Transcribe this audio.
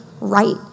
right